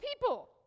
people